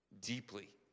Deeply